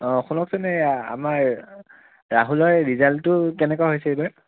অ শুনকচোন এই আমাৰ ৰাহুলৰ ৰিজাল্টটো কেনেকুৱা হৈছে এইবাৰ